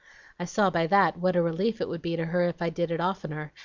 i saw by that what a relief it would be to her if i did it oftener,